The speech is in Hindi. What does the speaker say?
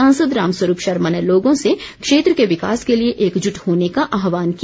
सांसद राम स्वरूप शर्मा ने लोगों से क्षेत्र के विकास के लिए एकजुट होने का आहवान किया